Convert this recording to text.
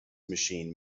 machine